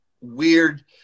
weird